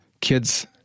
kids